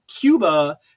Cuba